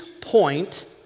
point